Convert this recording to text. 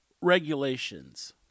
regulations